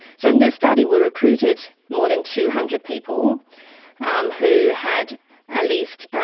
so in this study we recruited more than two hundred people um who had at least,